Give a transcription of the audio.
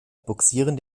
bugsieren